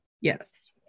Yes